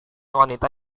wanita